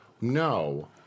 No